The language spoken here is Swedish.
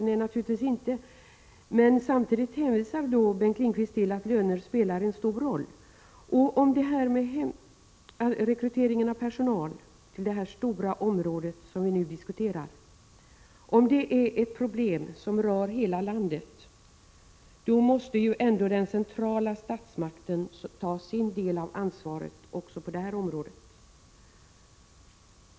Nej, naturligtvis inte, men samtidigt hänvisar Bengt Lindqvist till att lönen spelar en stor roll. Om rekryteringen av personal till det stora område som vi nu diskuterar är ett problem som rör hela landet, då måste den centrala statsmakten ta sin del av ansvaret också för det området.